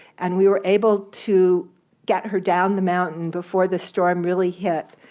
and we were able to get her down the mountain before the storm really hit,